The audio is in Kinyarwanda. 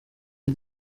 ltd